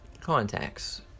Contacts